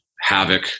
Havoc